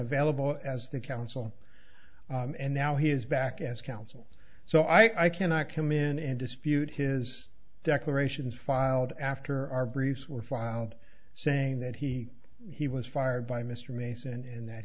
available as the counsel and now he is back as counsel so i cannot come in and dispute his declarations filed after our briefs were filed saying that he he was fired by mr mason and that